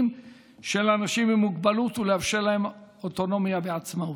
של אנשים עם מוגבלות ולאפשר להם אוטונומיה ועצמאות.